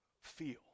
feel